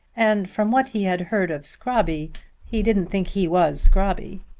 and from what he had heard of scrobby he didn't think he was scrobby.